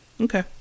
Okay